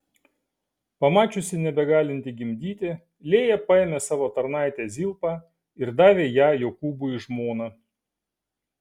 pamačiusi nebegalinti gimdyti lėja paėmė savo tarnaitę zilpą ir davė ją jokūbui žmona